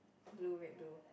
blue red blue